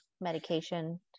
medication